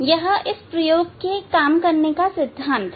यह इस प्रयोग के काम करने का सिद्धांत है